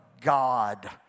God